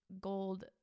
gold